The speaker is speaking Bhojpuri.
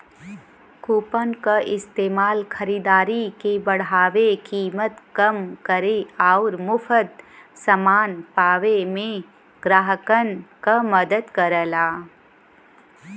कूपन क इस्तेमाल खरीदारी के बढ़ावे, कीमत कम करे आउर मुफ्त समान पावे में ग्राहकन क मदद करला